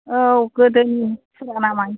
औ गोदोनि फुराना माइ